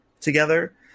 together